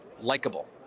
likable